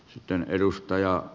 sitten edustaja